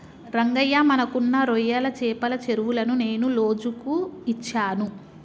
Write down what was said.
రంగయ్య మనకున్న రొయ్యల చెపల చెరువులను నేను లోజుకు ఇచ్చాను